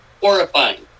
horrifying